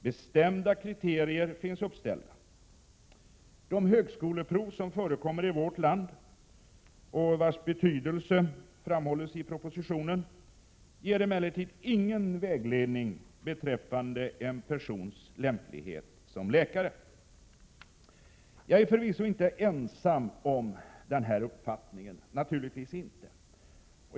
Bestämda kriterier finns uppställda. Det högskoleprov som förekommer i vårt land — och vars betydelse framhålles i propositionen — ger emellertid ingen vägledning beträffande en persons lämplighet som läkare. Jag är förvisso inte ensam om den här uppfattningen — naturligtvis inte.